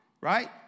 right